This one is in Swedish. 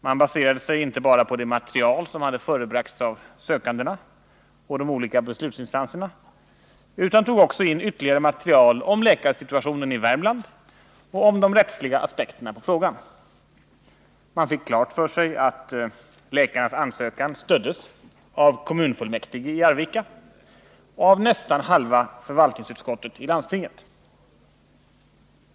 Man baserade sig inte bara på det material som hade förebragts av sökandena och de olika beslutsinstanserna utan tog också in ytterligare material om läkarsituationen i Värmland och om de rättsliga aspekterna på frågan. Man fick klart för sig att läkarnas ansökan stöddes av kommunfullmäktige i Arvika och av nästan halva förvaltningsut skottet i landstinget.